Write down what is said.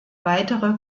weitere